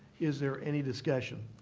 is there any discussion?